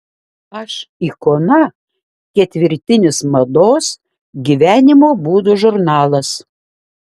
aš ikona ketvirtinis mados gyvenimo būdo žurnalas